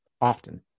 often